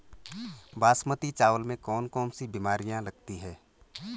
बासमती चावल में कौन कौन सी बीमारियां लगती हैं?